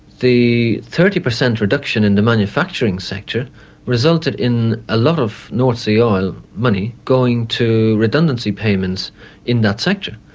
the thirty percent reduction in the manufacturing sector resulted in a lot of north sea oil money going to redundancy payments in that sector.